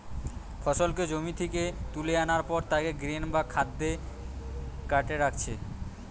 ফসলকে জমি থিকে তুলা আনার পর তাকে গ্রেন বা খাদ্য কার্টে রাখছে